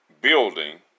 building